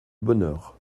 bonheur